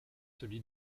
celui